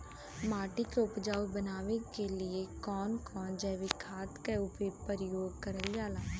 माटी के उपजाऊ बनाने के लिए कौन कौन जैविक खाद का प्रयोग करल जाला?